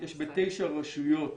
יש בתשע רשויות